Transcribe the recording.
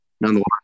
nonetheless